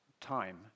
time